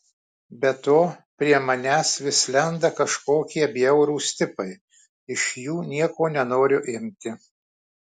be to prie manęs vis lenda kažkokie bjaurūs tipai iš jų nieko nenoriu imti